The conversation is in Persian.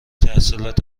تحصیلات